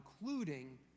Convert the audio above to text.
including